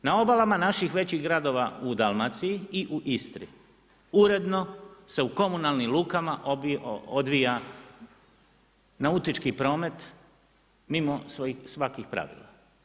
Na obalama naših većih gradova u Dalmaciji i u Istri, uredno se u komunalnim lukama, odvija nautički promet, mimo svojih svakih pravila.